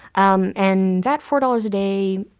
um and that four dollars a day,